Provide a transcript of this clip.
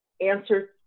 answer